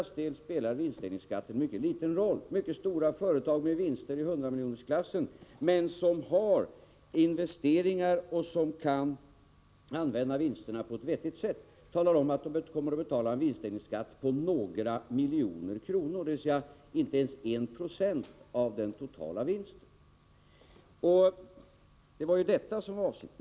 Synnerligen stora företag med vinster i hundramiljonersklassen men som gör investeringar och som kan använda vinsterna på ett vettigt sätt talar om att de kommer att betala en vinstdelningsskatt på några miljoner kronor, dvs. inte ens 196 av den totala vinsten. Det var detta som var avsikten.